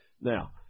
Now